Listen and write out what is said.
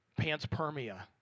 panspermia